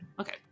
Okay